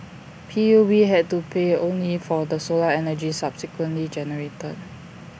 P U B had to pay only for the solar energy subsequently generated